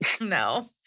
No